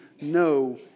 no